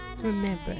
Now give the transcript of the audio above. remember